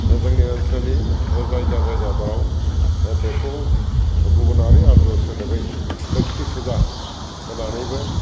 जोंनि ओनसोलनि जायगा जायगाफोराव बेखौ गुबुनारि आर्य सोदोबै लोखि फुजा होननानैबो